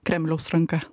kremliaus ranka